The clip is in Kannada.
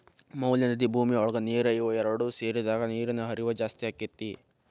ಮ್ಯಾಲ ನದಿ ಭೂಮಿಯ ಒಳಗ ನೇರ ಇವ ಎರಡು ಸೇರಿದಾಗ ನೇರಿನ ಹರಿವ ಜಾಸ್ತಿ ಅಕ್ಕತಿ